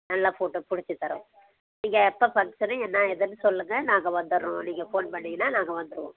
நல்லா ஃபோட்டோ பிடிச்சி தரோம் நீங்கள் எப்போ ஃபங்க்ஷனு என்ன ஏதுன்னு சொல்லுங்கள் நாங்கள் வந்துடுறோம் நீங்கள் ஃபோன் பண்ணிங்கனால் நாங்கள் வந்துடுவோம்